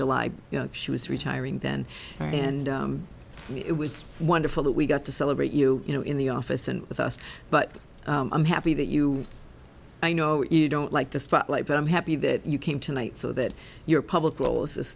july you know she was retiring then and it was wonderful that we got to celebrate you you know in the office and with us but i'm happy that you i know you don't like the spotlight but i'm happy that you came tonight so that your public role is as